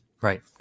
Right